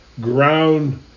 ground